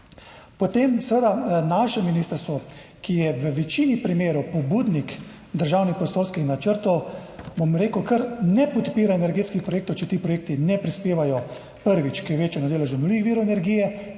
Potem seveda naše ministrstvo, ki je v večini primerov pobudnik državnih prostorskih načrtov, bom rekel, ne podpira energetskih projektov, če ti projekti ne prispevajo, prvič, k večanju deleža obnovljivih virov energije,